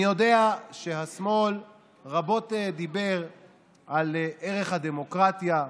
אני יודע שהשמאל רבות דיבר על ערך הדמוקרטיה,